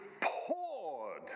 poured